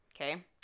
Okay